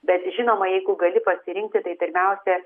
bet žinoma jeigu gali pasirinkti tai pirmiausia